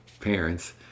parents